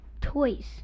toys